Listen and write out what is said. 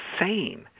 insane